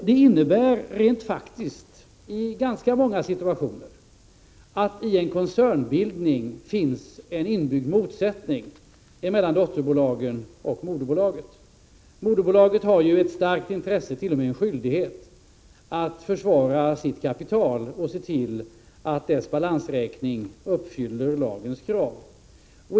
Det innebär rent faktiskt i ganska många situationer att det i en koncernbildning finns en inbyggd motsättning mellan dotterbolagen och moderbolaget. Moderbolaget har ju ett starkt intresse, t.o.m. en skyldighet, att försvara sitt kapital och se till att dess balansräkning uppfyller lagens krav.